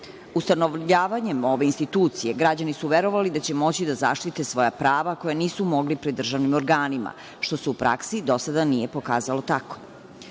Ustanovljavanjem ove institucije, građani su verovali da će moći da zaštite svoja prava koja nisu mogli pri državnim organima, što se u praksi do sada nije pokazalo tako.